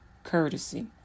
Courtesy